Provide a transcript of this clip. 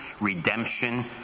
redemption